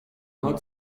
هات